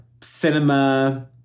cinema